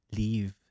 leave